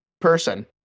person